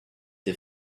the